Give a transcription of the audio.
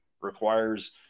requires